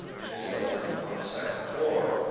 in this building, on the second floor.